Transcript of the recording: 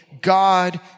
God